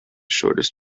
shortest